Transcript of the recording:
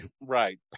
right